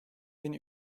bin